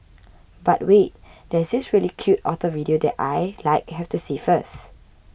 but wait there's this really cute otter video that I like have to see first